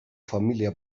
familia